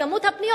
כמות הפניות,